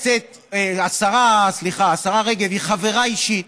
השרה רגב היא חברה אישית